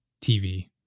TV